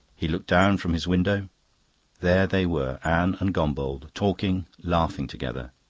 he looked down from his window there they were, anne and gombauld, talking, laughing together.